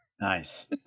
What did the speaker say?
Nice